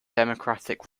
democratic